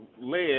led